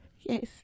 Yes